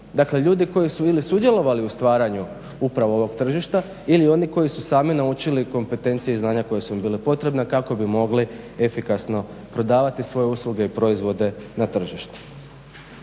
Dakle, ljudi koji su ili sudjelovali u stvaranju upravo ovog tržišta ili oni koji su sami naučili kompetencije i znanja koja su im bila potrebna kako bi mogli efikasno prodavati svoje usluge i proizvode na tržištu.